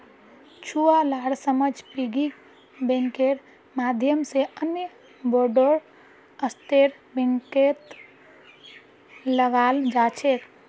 छुवालार समझ पिग्गी बैंकेर माध्यम से अन्य बोड़ो स्तरेर बैंकत लगाल जा छेक